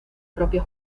propia